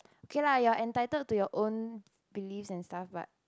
okay lah you are entitle to your own belief and stuff but